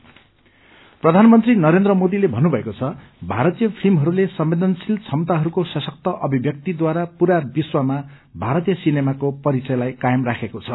Indian cinema प्रधानमन्त्री नरेन्द्र मोदीले भत्रभएको छ भारतीय सिनेमाहरूले संवदेनशील क्षमताहरूको सशक्त अभिव्यक्तिद्वारा पूरा विश्वमा भारतीय सिनेमाको परिचय कायम राखिरहेको छ